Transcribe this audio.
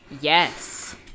Yes